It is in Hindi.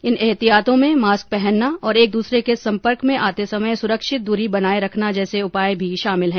इन एहतियातों में मास्क पहनना और एक दूसरे के संपर्क में आते समय सुरक्षित दूरी बनाए रखना जैसे उपाय भी शामिल हैं